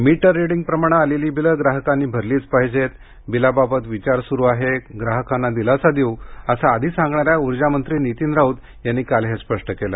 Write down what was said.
metre रिडिंगप्रमाणे आलेली बिलं ग्राहकांनी भरलीच पाहिजेत बिलाबाबत विचार सुरू आहे ग्राहकांना दिलासा देऊ असं आधी सांगणाऱ्या उर्जामंत्री नितीन राऊत यांनी काल स्पष्ट केलं